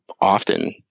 often